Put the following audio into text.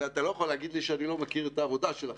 ואתה לא יכול להגיד לי שאני לא מכיר את העבודה שלכם,